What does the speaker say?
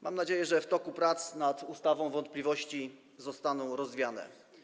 Mam nadzieję, że w toku prac nad tą ustawą wątpliwości zostaną rozwiane.